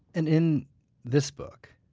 and in this book,